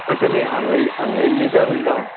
तशें न्हय आंगय आंगयल्ली काय म्हणटा